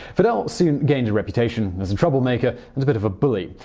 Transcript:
fidel soon gained a reputation as a troublemaker and sort of a bully.